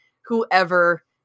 whoever